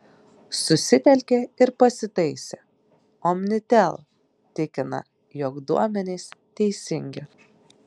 susitelkė ir pasitaisė omnitel tikina jog duomenys teisingi